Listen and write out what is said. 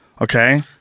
Okay